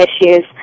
issues